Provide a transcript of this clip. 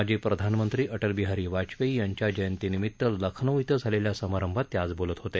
माजी प्रधानमंत्री अटल बिहारी वाजपेयी यांच्या जयंतीनिमित्त लखनौ धिं झालेल्या समारंभात ते बोलत होते